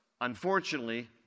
unfortunately